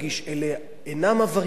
אלה אינם עבריינים,